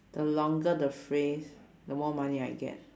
the longer the phrase the more money I get